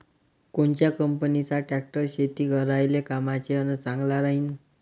कोनच्या कंपनीचा ट्रॅक्टर शेती करायले कामाचे अन चांगला राहीनं?